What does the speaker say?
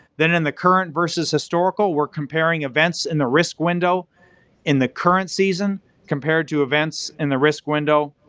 then in the current versus historical, we're comparing events in the risk window in the current season compared to events in the risk window